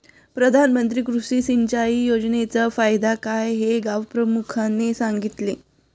प्रधानमंत्री कृषी सिंचाई योजनेचा फायदा काय हे गावप्रमुखाने सांगितले